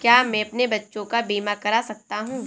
क्या मैं अपने बच्चों का बीमा करा सकता हूँ?